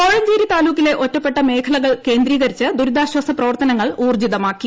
കോഴഞ്ചേരി താലൂക്കിലെ ഒറ്റപ്പെട്ട മേഖലകൾ കേന്ദ്രീകരിച്ച് ദുരിതാശ്വാസ പ്രവർത്തനങ്ങൾ ഊർജ്ജിതമാക്കി